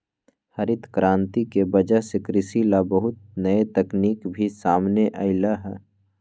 हरित करांति के वजह से कृषि ला बहुत नई तकनीक भी सामने अईलय है